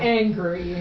angry